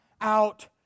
out